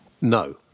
No